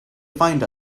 find